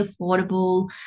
affordable